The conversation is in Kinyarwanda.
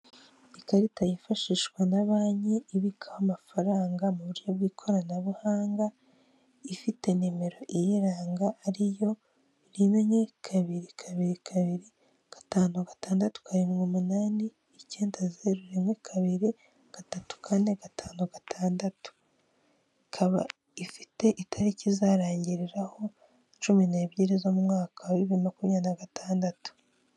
Ikarita yifashishwa na banki ibika amafaranga mu buryo bw'ikoranabuhanga ifite nimero i iyiranga ariyo rimwe kabiri kabiri kabiri gatanu gatandatu karindwi umunani icyenda zeru rimwe kabiri gatatu karindwi gatanu gatandatu ikaba ifite itariki izarangiriraho cumi n'ebyiri zo mu mwaka wa bibiri na makumyabiri na gatandatu.